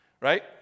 right